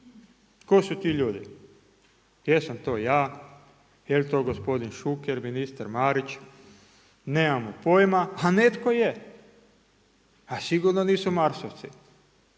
Tko su ti ljudi? Jesam to ja, jel' to gospodin Šuker, ministar Marić? Nemamo pojma. A netko je! A sigurno nisu Marsovci!